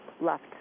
left